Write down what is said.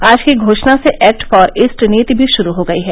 आज की घोषणा से एक्ट फार ईस्ट नीति भी शुरू हो गई है